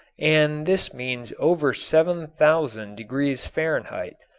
and this means over seven thousand degrees fahrenheit.